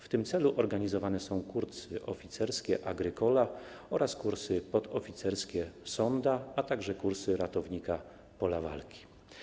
W tym celu organizowane są kursy oficerskie Agrykola oraz kursy podoficerskie Sonda, a także kursy ratownika pola walki.